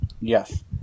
yes